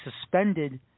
suspended